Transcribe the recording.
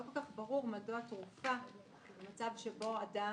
לא כל כך ברור מדוע --- במצב שבו אדם